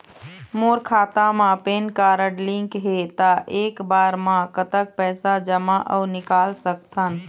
मोर खाता मा PAN card link हे ता एक बार मा कतक पैसा जमा अऊ निकाल सकथन?